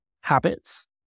habits